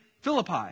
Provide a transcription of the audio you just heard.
Philippi